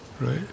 right